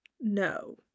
no